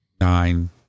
nine